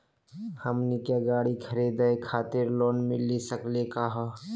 हमनी के गाड़ी खरीदै खातिर लोन मिली सकली का हो?